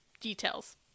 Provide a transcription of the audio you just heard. details